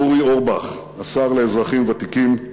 אורי אורבך, השר לאזרחים ותיקים,